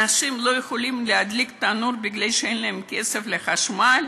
אנשים לא יכולים להדליק תנור מפני שאין להם כסף לחשמל.